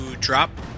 drop